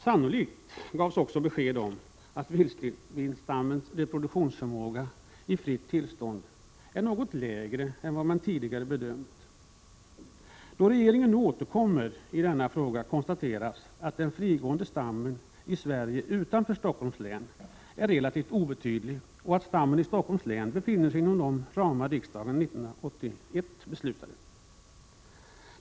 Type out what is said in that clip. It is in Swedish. Sannolikt gavs också besked om att vildsvinens reproduktionsförmåga i fritt tillstånd är något lägre än vad man tidigare bedömt. Då regeringen nu återkommer i denna fråga konstateras att den frigående stammen i Sverige utanför Stockholms län är relativt obetydlig och att stammen i Stockholms län befinner sig inom de ramar riksdagen 1981 beslutade.